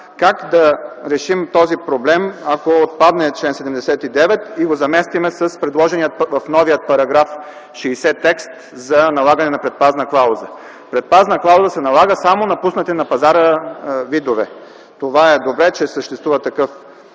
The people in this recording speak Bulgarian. как да решим този проблем, ако отпадне чл. 79 и го заместим с предложения в новия § 60 текст за налагане на предпазна клауза. Предпазна клауза се налага само на пуснати на пазара видове. Това е добре, че съществува такъв